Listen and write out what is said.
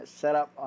setup